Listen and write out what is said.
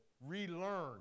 relearn